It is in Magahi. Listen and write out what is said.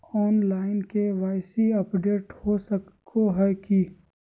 ऑनलाइन के.वाई.सी अपडेट हो सको है की?